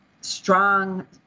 strong